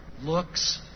looks